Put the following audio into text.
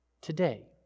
today